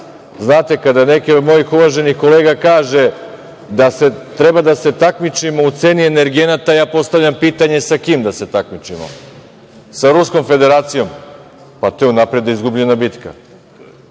Znate, kada neki od mojih uvaženih kolega kaže da treba da se takmičimo u ceni energenata, ja postavljam pitanje – sa kim da se takmičimo? Sa Ruskom Federacijom? To je unapred izgubljena bitka. Znate